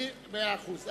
מאה אחוז.